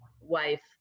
wife